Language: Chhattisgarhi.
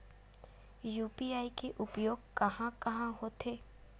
यू.पी.आई के उपयोग कहां कहा होथे?